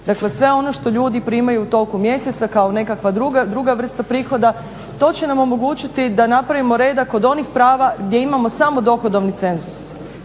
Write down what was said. dakle, sve ono što ljudi primaju tokom mjeseca kao nekakva druga vrsta prihoda, to će nam omogućiti da napravimo reda kod onih prava gdje imamo samo dohodovni cenzus.